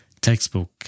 textbook